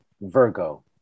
virgo